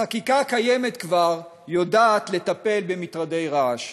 החקיקה הקיימת כבר יודעת לטפל במטרדי רעש,